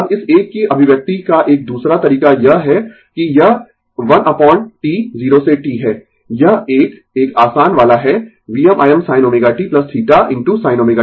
अब इस एक की अभिव्यक्ति का एक दूसरा तरीका यह है कि यह 1 अपोन T 0 से t है यह एक एक आसान वाला है VmImsin ω t θ into sin ω t